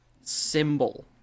symbol